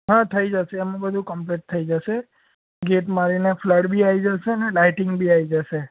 હ થઇ જસે એમા બધુ કમ્પ્લેટ થઇ જસે ગેટ મારીને ફલ્ર બી આઈ જસેને અને લાઇટિંગ બી આઈ જસે